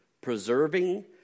preserving